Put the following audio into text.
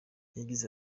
yagize